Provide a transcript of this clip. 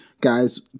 guys